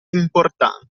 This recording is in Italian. importanti